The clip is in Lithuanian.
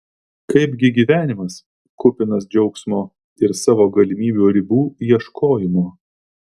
kaipgi gyvenimas kupinas džiaugsmo ir savo galimybių ribų ieškojimo